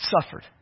suffered